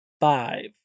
five